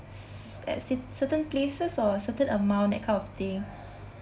c~ at cert~ certain places or certain amount that kind of thing